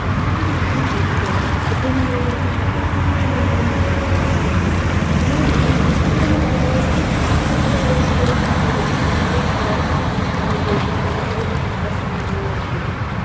പാട്ടൊക്കെ നമ്മൾ എപ്പോഴും കേൾക്കുന്നതല്ലെ എപ്പോഴും ഇങ്ങനെ കേട്ടു കേട്ടു നമ്മളെപ്പോഴും മൂളിപ്പാട്ടു പാടി അതിന് ഒരു മോട്ടീവെന്നു പറയാനായിട്ട് കുഞ്ഞിലേ ഇങ്ങനെ സ്കൂളിലൊക്കെ പോയി എല്ലാവരും വലിയ പാട്ടൊക്കെ പാടുന്ന കേൾക്കുമ്പോൾ നമുക്കൊരു സന്തോഷവും കാര്യങ്ങളൊക്കെ ഇല്ലെ